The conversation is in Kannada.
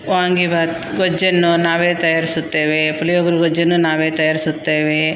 ವಾಂಗಿಬಾತ್ ಗೊಜ್ಜನ್ನು ನಾವೇ ತಯಾರಿಸುತ್ತೇವೆ ಪುಳಿಯೋಗ್ರೆ ಗೊಜ್ಜನ್ನು ನಾವೇ ತಯಾರಿಸುತ್ತೇವೆ